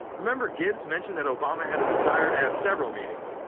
remember gibbs mentioned that obama had a desire to have several meetings,